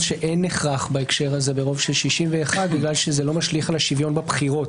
שאין הכרח בהקשר הזה ברוב של 61 כי זה לא משליך על השוויון בבחירות.